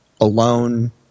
alone